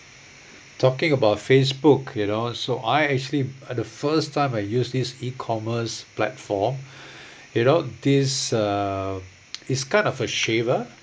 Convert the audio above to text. talking about facebook you know so I actually the first time I use this e-commerce platform you know this uh it's kind of a shaver